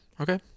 Okay